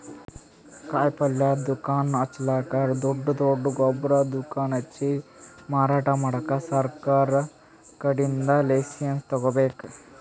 ಕಾಯಿಪಲ್ಯ ದುಕಾನ್ ಹಚ್ಚಲಕ್ಕ್ ದೊಡ್ಡ್ ದೊಡ್ಡ್ ಗೊಬ್ಬರ್ ದುಕಾನ್ ಹಚ್ಚಿ ಮಾರಾಟ್ ಮಾಡಕ್ ಸರಕಾರ್ ಕಡೀನ್ದ್ ಲೈಸನ್ಸ್ ತಗೋಬೇಕ್